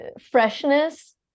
freshness